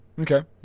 Okay